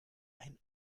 ein